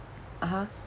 (uh huh)